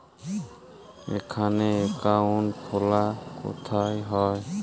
এখানে অ্যাকাউন্ট খোলা কোথায় হয়?